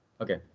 Okay